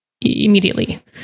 immediately